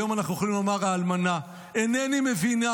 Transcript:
היום אנחנו יכולים לומר האלמנה: אינני מבינה.